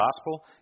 gospel